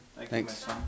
Thanks